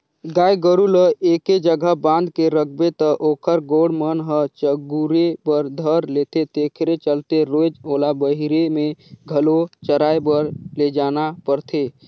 गाय गोरु ल एके जघा बांध के रखबे त ओखर गोड़ मन ह चगुरे बर धर लेथे तेखरे चलते रोयज ओला बहिरे में घलो चराए बर लेजना परथे